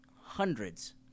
hundreds